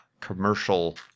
commercial